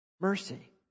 Mercy